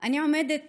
אני עומדת